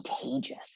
contagious